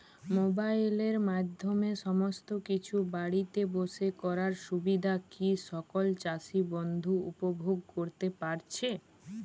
মোবাইলের মাধ্যমে সমস্ত কিছু বাড়িতে বসে করার সুবিধা কি সকল চাষী বন্ধু উপভোগ করতে পারছে?